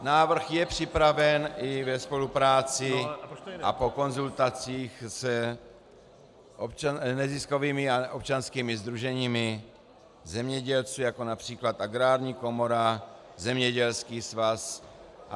Návrh je připraven i ve spolupráci a po konzultacích s neziskovými a občanskými sdruženími zemědělců, jako například Agrární komora, Zemědělský svaz atp.